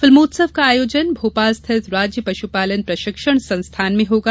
फिल्मोत्सव का आयोजन भोपाल स्थित राज्य पशुपालन प्रशिक्षण संस्थान में होगा